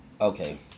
Okay